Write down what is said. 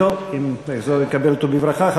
טוב, אם יחזור אקבל אותו בברכה.